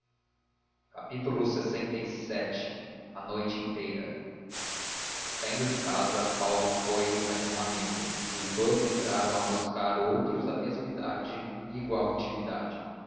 o sono dos cidadãos lxvii a noite inteira saindo de casa paulo foi à de um amigo e os dous entraram a buscar outros da mesma idade e igual intimidade